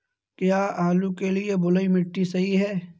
क्या आलू के लिए बलुई मिट्टी सही है?